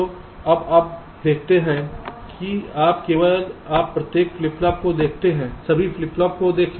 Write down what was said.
तो अब आप देखते हैं कि आप प्रत्येक फ्लिप फ्लॉप को देखते हैं सभी फ्लिप फ्लॉप को देखें